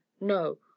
No